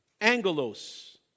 Angelos